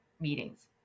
meetings